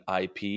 IP